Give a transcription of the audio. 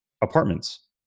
apartments